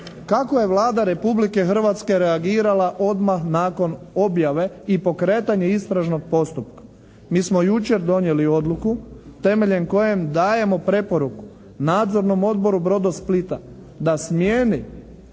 Kako je Vlada Republike Hrvatske reagirala odmah nakon objave i pokretanja istražnog postupka? Mi smo jučer donijeli odluku temeljem koje dajemo preporuku Nadzornom odboru "Brodosplita" da smijeni